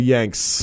Yanks